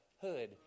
hood